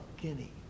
Guinea